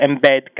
embed